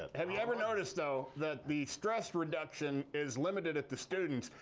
have you ever noticed, though, that the stress reduction is limited at the students.